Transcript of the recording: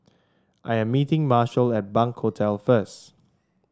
I'm meeting Marshal at Bunc Hostel first